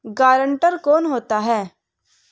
Guarantor कौन होता है?